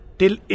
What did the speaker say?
till